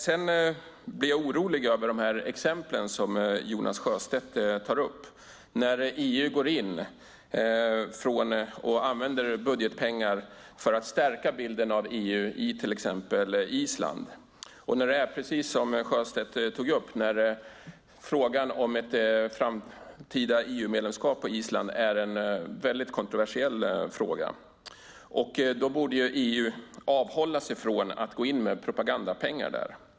Sedan blir jag dock orolig över de exempel Jonas Sjöstedt tar upp, där EU går in och använder budgetpengar för att stärka bilden av EU på till exempel Island när det, precis som Sjöstedt tog upp, är så att frågan om ett framtida EU-medlemskap för Island är väldigt kontroversiell. Då borde EU avhålla sig från att gå in med propagandapengar där.